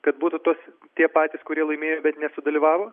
kad būtų tos tie patys kurie laimėjo bet nesudalyvavo